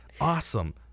Awesome